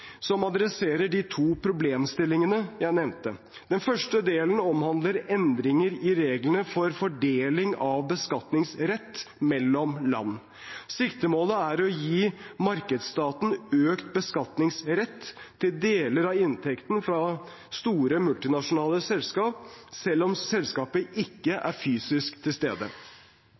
som adresserer de to problemstillingene jeg nevnte. Den første delen omhandler endringer i reglene for fordeling av beskatningsrett mellom land. Siktemålet er å gi markedsstaten økt beskatningsrett til deler av inntekten fra store multinasjonale selskap, selv om selskapet ikke er fysisk til stede.